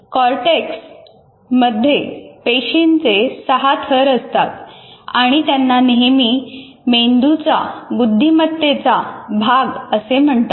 cortex मध्ये पेशींचे सहा थर असतात आणि त्यांना नेहमी मेंदूचा बुद्धिमत्तेचा भाग असे म्हणतात